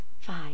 five